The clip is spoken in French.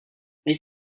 mais